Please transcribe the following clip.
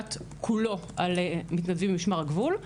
שמושתת כולו על מתנדבים ממשמר הגבול,